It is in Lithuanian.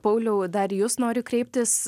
pauliau dar į jus nori kreiptis